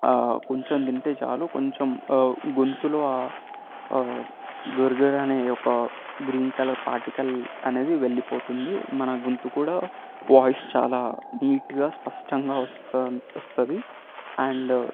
కొంచెం తింటే చాలు కొంచెం గొంతులో గురగుర అనే ఒక గ్రీన్ కలర్ పార్టికల్ అనేది వెళ్ళిపోతుంది మన గొంతు కూడ వాయిస్ చాలా నీట్గా స్పష్టంగా వస్తూ వస్తుంది అండ్